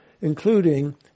including